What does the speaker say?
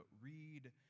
read